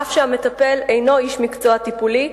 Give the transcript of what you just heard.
אף שהמטפל אינו איש מקצוע טיפולי,